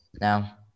now